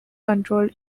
controlled